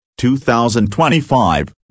2025